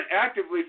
actively